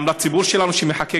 גם עבור הציבור שלנו שמחכה,